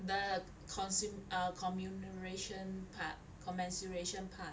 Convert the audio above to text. the consu~ um commemoration part commemoration part